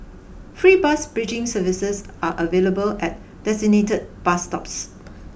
free bus bridging services are available at designated bus stops